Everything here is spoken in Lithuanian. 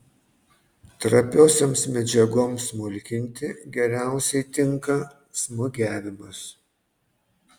trapiosioms medžiagoms smulkinti geriausiai tinka smūgiavimas